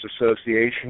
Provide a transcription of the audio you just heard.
Association